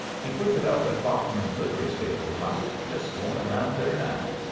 he puts it up at bachman's livery stable, and i was just going around there now.